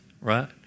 right